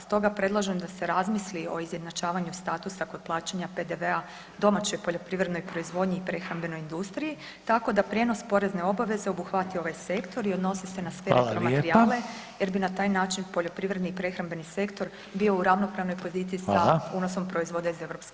Stoga predlažem da se razmisli o izjednačavanju statusa kod plaćanja PDV-a domaćoj poljoprivrednoj proizvodnji i prehrambenoj industriji tako da prijenos porezne obaveze obuhvati ovaj sektor i odnosi se na sve repromaterijali [[Upadica Reiner: Hvala lijepa.]] Jer bi na taj način poljoprivredni i prehrambeni sektor bio u ravnopravnoj poziciji sa [[Upadica Reiner: Hvala.]] Unosom proizvoda iz Europske unije.